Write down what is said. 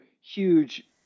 huge